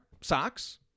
socks